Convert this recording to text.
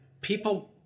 People